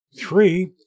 Three